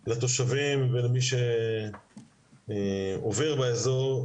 מאוד לתושבים ולמי שעובר באזור.